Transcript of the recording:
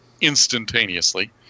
instantaneously